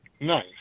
Nice